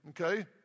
okay